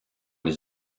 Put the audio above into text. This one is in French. les